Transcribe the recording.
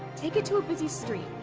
take it to a busy street.